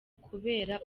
kubera